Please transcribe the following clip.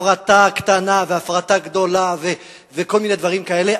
הפרטה קטנה והפרטה גדולה וכל מיני דברים כאלה,